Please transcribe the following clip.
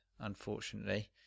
unfortunately